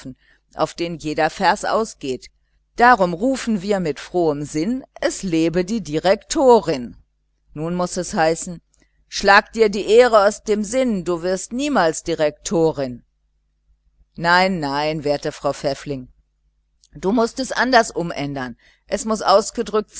auf den jeder vers ausgeht drum rufen wir mit frohem sinn es lebe die direktorin nun muß es heißen schlag dir die ehre aus dem sinn du wirst niemals direktorin nein nein wehrte frau pfäffling du mußt es anders umändern es muß ausgedrückt